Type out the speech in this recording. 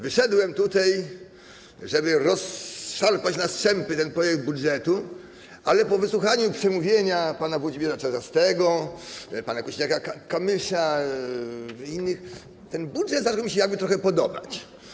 Wyszedłem tutaj, żeby rozszarpać na strzępy ten projekt budżetu, ale po wysłuchaniu przemówienia pana Włodzimierza Czarzastego, pana Kosiniaka-Kamysza i innych ten budżet zaczął mi się jakby trochę podobać.